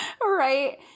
Right